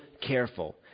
careful